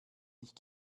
ich